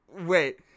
Wait